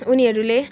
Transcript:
उनीहरूले